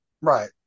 Right